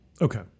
Okay